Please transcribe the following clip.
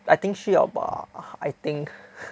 I think 需要 bah I think